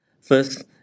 First